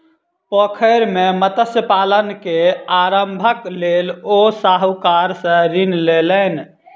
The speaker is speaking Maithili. पोखैर मे मत्स्य पालन के आरम्भक लेल ओ साहूकार सॅ ऋण लेलैन